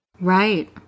Right